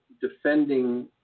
defending